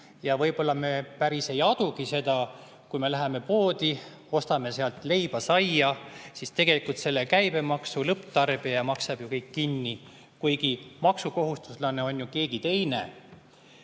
Võib-olla me siiski päris ei adu seda, et kui me läheme poodi ja ostame sealt leiba-saia, siis tegelikult selle käibemaksu lõpptarbija maksab ju kõik kinni, kuigi maksukohustuslane on keegi teine.